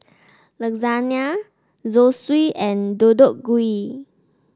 Lasagne Zosui and Deodeok Gui